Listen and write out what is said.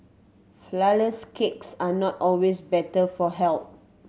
flourless cakes are not always better for health